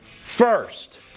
first